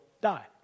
die